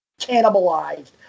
cannibalized